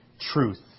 truth